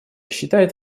считает